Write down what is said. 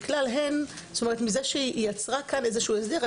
מכך שהיא יצרה כאן איזשהו הסדר,